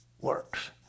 works